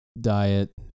diet